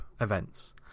events